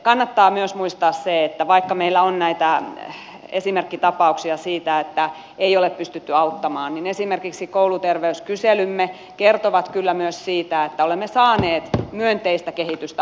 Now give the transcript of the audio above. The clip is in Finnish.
kannattaa myös muistaa se että vaikka meillä on näitä esimerkkitapauksia siitä että ei ole pystytty auttamaan niin esimerkiksi kouluterveyskyselymme kertovat kyllä myös siitä että olemme saaneet myönteistä kehitystä aikaiseksi